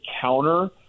counter